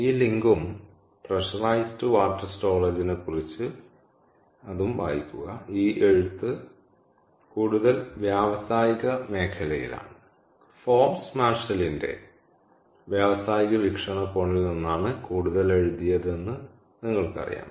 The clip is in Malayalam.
ഈ ലിങ്കും പ്രെഷറൈസ്ഡ് വാട്ടർ സ്റ്റോറേജ്ക്കുറിച്ച് വായിക്കുക ഈ എഴുത്ത് കൂടുതൽ വ്യാവസായിക മേഖലയിലാണ് ഫോർബ്സ് മാർഷലിന്റെ വ്യാവസായിക വീക്ഷണകോണിൽ നിന്നാണ് കൂടുതൽ എഴുതിയതെന്ന് നിങ്ങൾക്കറിയാം